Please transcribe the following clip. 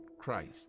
Christ